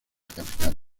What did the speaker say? capital